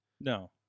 No